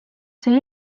see